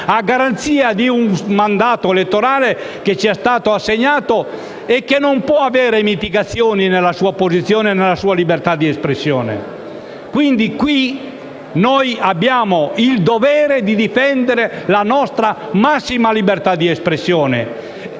a garanzia di un mandato elettorale che ci è stato assegnato e che non può avere mitigazioni nella sua posizione o nella sua libertà di espressione. In questa sede, quindi, abbiamo il dovere di difendere la nostra massima libertà di espressione